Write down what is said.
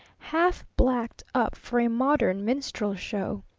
half blacked up for a modern minstrel show.